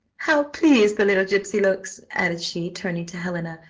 how pleased the little gipsy looks! added she, turning to helena,